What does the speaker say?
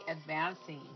advancing